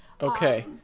okay